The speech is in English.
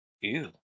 Ew